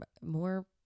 more